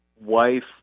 wife